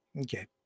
Okay